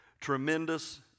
tremendous